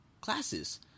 classes